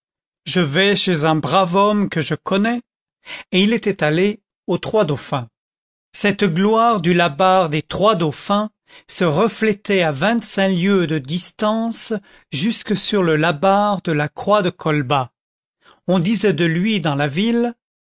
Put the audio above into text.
je vais chez un brave homme que je connais et il était allé aux trois dauphins cette gloire du labarre des trois dauphins se reflétait à vingt-cinq lieues de distance jusque sur le labarre de la croix de colbas on disait de lui dans la ville